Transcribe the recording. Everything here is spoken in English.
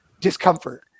discomfort